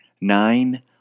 Nine